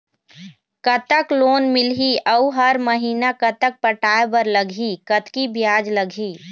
कतक लोन मिलही अऊ हर महीना कतक पटाए बर लगही, कतकी ब्याज लगही?